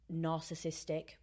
narcissistic